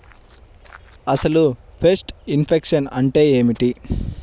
అసలు pest infection అంటే ఏమిటి?